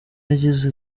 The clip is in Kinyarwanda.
yagize